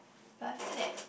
but I feel that